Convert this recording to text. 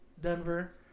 Denver